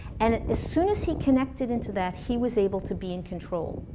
and as soon as he connected into that, he was able to be in control.